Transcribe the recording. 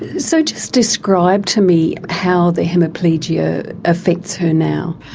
so just describe to me how the hemiplegia affects her now.